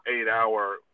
eight-hour